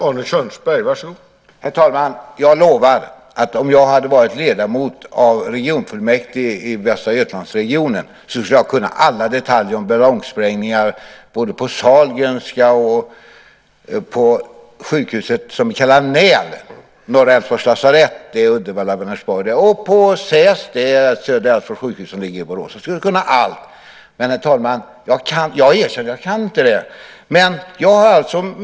Herr talman! Jag lovar att om jag hade varit ledamot av regionfullmäktige i Västra Götalands-regionen skulle jag känna till alla detaljer om ballongsprängningar såväl på Sahlgrenska, som på NÄV, Norra Älvsborgs lasarett, och på SÄS, Södra Älvsborgs sjukhus i Borås. Men jag erkänner att jag inte kan det.